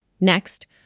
Next